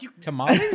Tomorrow